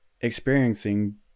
experiencing